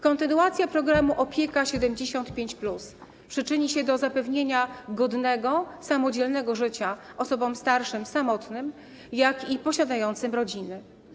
Kontynuacja programu „Opieka 75+” przyczyni się do zapewnienia godnego, samodzielnego życia osobom starszym, zarówno samotnym, jak i posiadającym rodziny.